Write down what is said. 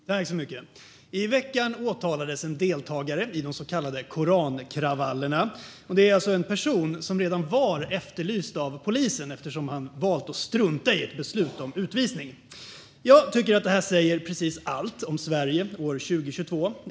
Fru talman! I veckan åtalades en deltagare i de så kallade korankravallerna. Det är en person som redan var efterlyst av polisen eftersom han valt att strunta i ett beslut om utvisning. Jag tycker att det här säger precis allt om Sverige 2022.